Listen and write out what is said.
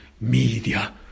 media